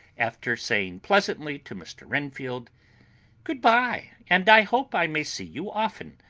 after saying pleasantly to mr. renfield good-bye, and i hope i may see you often,